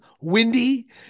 windy